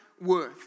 worth